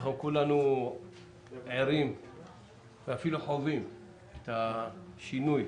אנחנו כולנו ערים ואפילו חווים את השינוי